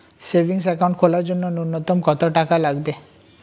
Savings account খোলার জন্য নূন্যতম কত টাকা লাগবে?